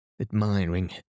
admiring